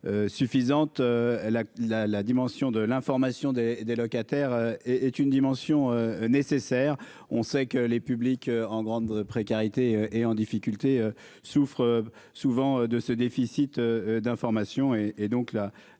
Suffisante. La la la dimension de l'information des des locataires et est une dimension nécessaire. On sait que les publics en grande précarité et en difficulté souffrent souvent de ce déficit d'informations et, et donc la